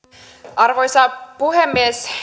arvoisa puhemies